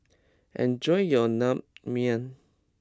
enjoy your Naengmyeon